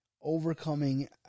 overcoming